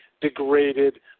degraded